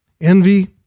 Envy